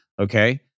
Okay